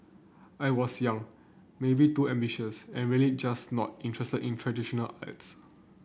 I was young maybe too ambitious and really just not interested in traditional arts